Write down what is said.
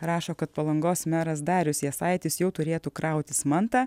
rašo kad palangos meras darius jasaitis jau turėtų krautis mantą